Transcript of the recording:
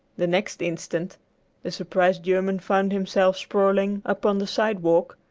the next instant the surprised german found himself sprawling upon the sidewalk,